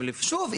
שוב,